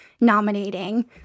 nominating